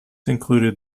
included